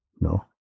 No